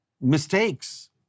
mistakes